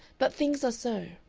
but things are so.